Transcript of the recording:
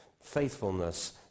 faithfulness